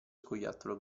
scoiattolo